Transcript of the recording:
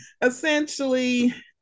essentially